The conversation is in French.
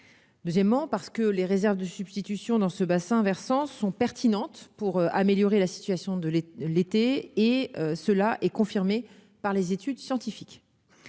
deuxièmement, parce que les réserves de substitution dans ce bassin versant sont pertinentes pour améliorer la situation durant l'été, comme cela est confirmé par les études scientifiques